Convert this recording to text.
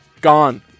Gone